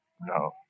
No